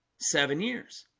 seven years